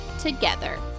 together